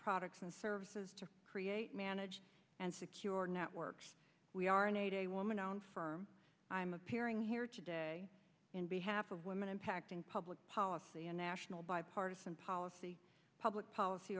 products and services to create manage and secure networks we are in a woman on firm i'm appearing here today in behalf of women impacting public policy a national bipartisan policy public policy